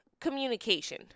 Communication